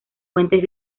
fuentes